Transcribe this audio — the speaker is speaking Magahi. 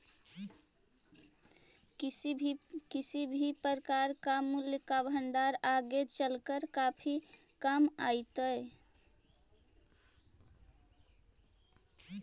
किसी भी प्रकार का मूल्य का भंडार आगे चलकर काफी काम आईतई